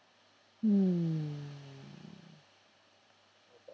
hmm